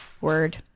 Word